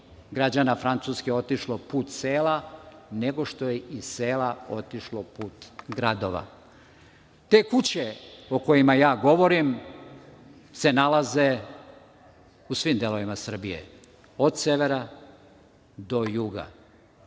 građana Francuske otišlo put sela, nego što je iz sela otišlo put gradova. Te kuće o kojima ja govorim se nalaze u svim delovima Srbije, od severa do juga.